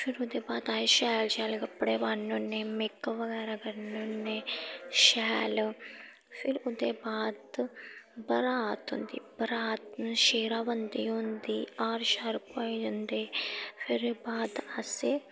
फिर ओह्दे बाद अस शैल शैल कपड़े पान्ने होन्नें मेकअप बगैरा करने होन्नें शैल फिर ओह्दे बाद बरात औंदी बरात ने सेह्रा बंदी होदी हार शार पोआए जंदे फिर बाद अस